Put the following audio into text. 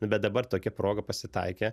nu bet dabar tokia proga pasitaikė